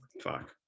Fuck